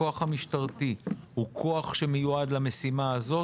הכוח המשטרתי הוא כוח שמיועד למשימה הזאת?